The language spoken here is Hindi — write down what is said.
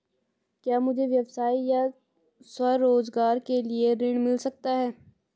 क्या मुझे व्यवसाय या स्वरोज़गार के लिए ऋण मिल सकता है?